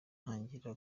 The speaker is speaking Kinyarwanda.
ntangira